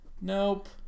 Nope